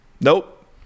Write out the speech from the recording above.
nope